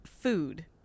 food